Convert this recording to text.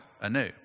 anew